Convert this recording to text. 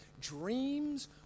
dreams